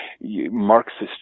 Marxist